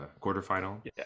quarterfinal